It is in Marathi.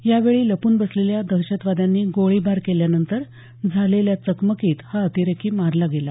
यावेळी लपून बसलेल्या दहशतवाद्यांनी गोळीबार केल्यानंतर झालेल्या चकमकीत हा अतिरेकी मारला गेला